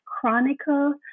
chronicle